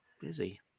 busy